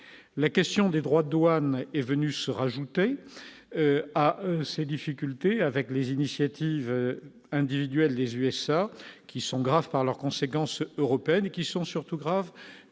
la question des droits de douane est venu se rajouter à ces difficultés avec les initiatives individuelles des USA qui sont graves par leurs conséquences européennes et qui sont surtout grave